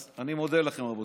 אז אני מודה לכם, רבותיי.